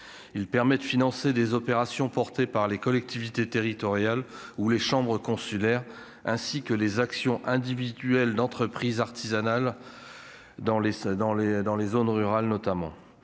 il permet de financer des opérations portés par les collectivités territoriales ou les chambres consulaires ainsi que les actions individuelles d'entreprise artisanale dans les dans les, dans